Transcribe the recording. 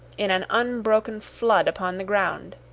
in an unbroken flood upon the ground.